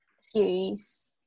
series